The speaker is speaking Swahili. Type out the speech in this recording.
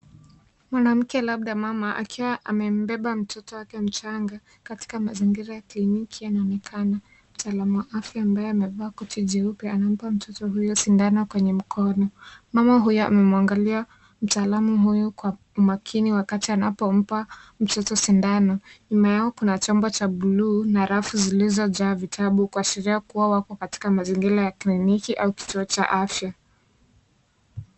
Mwanamke labda mama akiwa amembeba mtoto wake mjanga katika mazingira ya clinic yanaonekana. Mtaalamu wa afya ambaye amevaa koti jeupe anampa mtoto huyo sindano kwenye mkono. Mama huyo amemwangalia mtaalamu huyu kwa umakini wakati anapompa mtoto sindano. Nyuma Yao Kuna chomvo cha blue na rafu zilizojaa vitabu kuashiria wako katika mazingira ya clinic au kituo cha afya.